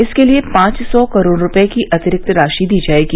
इसके लिए पांच सौ करोड़ रूपये की अतिरिक्त राशि दी जाएगी